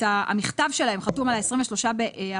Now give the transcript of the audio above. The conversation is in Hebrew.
המכתב שלהם חתום על ה-23 באפריל.